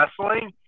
wrestling